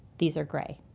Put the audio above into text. these are gray.